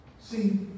See